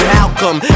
Malcolm